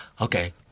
okay